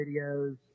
videos